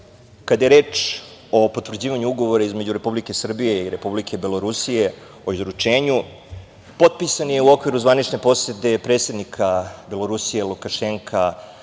kada je reč o potvrđivanju ugovora između Republike Srbije i Republike Belorusije, o izručenju, potpisan je u okviru zvanične posete predsednika Belorusije Lukašenka